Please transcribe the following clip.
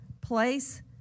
place